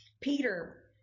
Peter